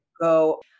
go